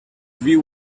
view